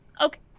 Okay